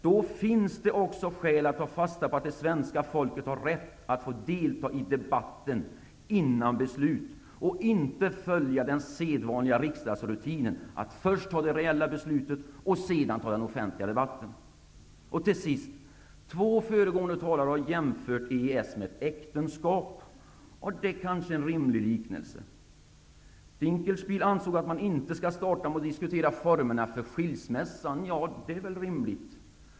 Då finns det också skäl att ta fasta på att det svenska folket har rätt att få delta i debatten innan beslut fattas, i stället för att följa den sedvanliga riksdagsrutinen att först fatta det reella beslutet och sedan ha den offentliga debatten. Två tidigare talare har jämfört EES med ett äktenskap. Det kanske är en rimlig liknelse. Dinkelspiel ansåg att man inte skall starta med att diskutera formerna för skilsmässan. Ja, det är väl rimligt.